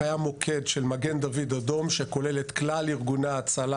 קיים מוקד של מגן דוד אדום שכולל את כלל ארגוני ההצלה